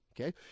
Okay